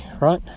right